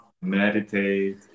meditate